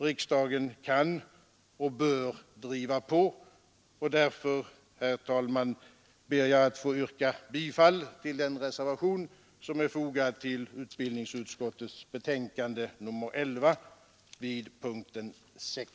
Riksdagen kan och bör driva på och därför, herr talman, ber jag att få yrka bifall till den reservation som är fogad vid utbildningsutskottets betänkande nr 11, punkten 6.